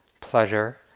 pleasure